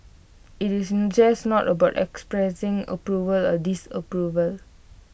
IT is just no about expressing approval or disapproval